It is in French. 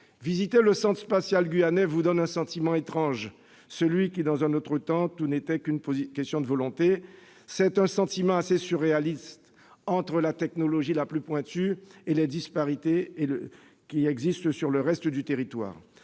visiter le Centre spatial guyanais vous donne un sentiment étrange, celui que, dans un autre temps, tout n'était qu'une question de volonté. C'est un sentiment assez surréaliste, entre la technologie la plus pointue et les disparités qui existent sur le reste du territoire.